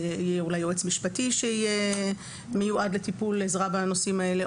אולי יהיה מיועד לטיפול יועץ משפטי בנושאים האלה,